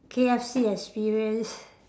K_F_C experience